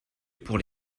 pour